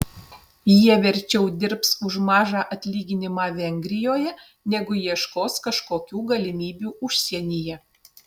jie verčiau dirbs už mažą atlyginimą vengrijoje negu ieškos kažkokių galimybių užsienyje